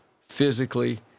physically